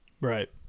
right